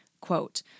quote